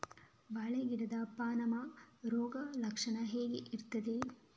ಬಾಳೆ ಗಿಡದ ಪಾನಮ ರೋಗ ಲಕ್ಷಣ ಹೇಗೆ ಇರ್ತದೆ?